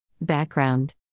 Background